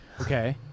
Okay